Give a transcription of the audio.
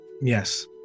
Yes